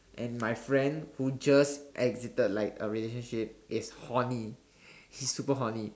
and my friend who just exited like a relationship is horny he's super horny